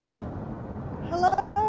Hello